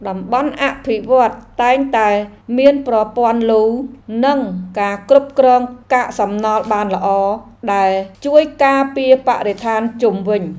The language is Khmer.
តំបន់អភិវឌ្ឍន៍តែងតែមានប្រព័ន្ធលូ និងការគ្រប់គ្រងកាកសំណល់បានល្អ ដែលជួយការពារបរិស្ថានជុំវិញ។